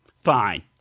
fine